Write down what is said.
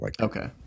Okay